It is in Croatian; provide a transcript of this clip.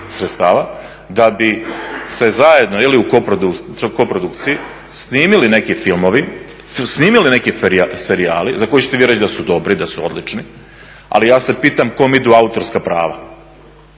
sredstava da bi se zajedno ili u koprodukciji snimili neki filmovi, snimili neki serijali za koje ćete vi reći da su dobri, da su odlični ali ja se pitam kome idu autorska prava.